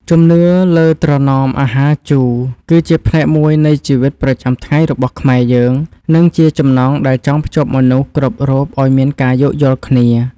ជំនឿលើត្រណមអាហារជូរគឺជាផ្នែកមួយនៃជីវិតប្រចាំថ្ងៃរបស់ខ្មែរយើង និងជាចំណងដែលចងភ្ជាប់មនុស្សគ្រប់រូបឱ្យមានការយោគយល់គ្នា។